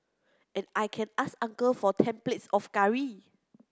and I can ask uncle for ten plates of curry